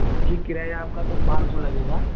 جی کرایہ آپ کا تو پانچ سو لگے گا